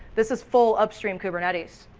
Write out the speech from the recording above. this is full upstream kubernetes.